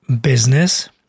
business